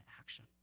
action